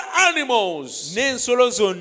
animals